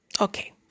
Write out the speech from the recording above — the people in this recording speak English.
Okay